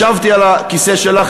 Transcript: ישבתי על הכיסא שלך,